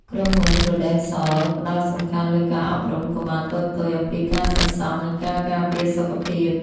ក្រុមហ៊ុន ព្រូដិនសល (Prudential) ផ្ដោតសំខាន់លើការអប់រំកុមារតូចៗអំពីការសន្សំ និងការការពារសុខភាព។